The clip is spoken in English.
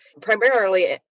primarily